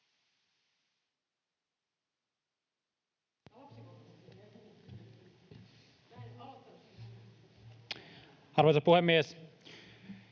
Arvoisa puhemies!